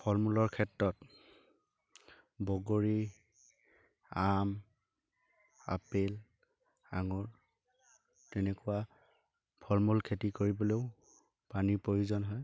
ফল মূলৰ ক্ষেত্ৰত বগৰী আম আপেল আঙুৰ তেনেকুৱা ফল মূল খেতি কৰিবলৈও পানীৰ প্ৰয়োজন হয়